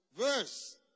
verse